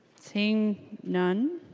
se eing none